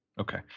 okay